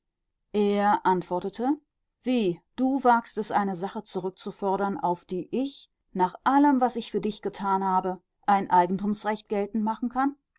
er antwortete wie du wagst es eine sache zurückzufordern auf die ich nach allem was ich für dich getan habe ein eigentumsrecht geltend machen kann